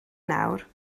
nawr